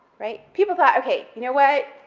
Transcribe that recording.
right? people thought, okay, you know what,